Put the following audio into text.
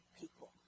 people